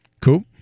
Cool